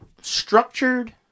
Structured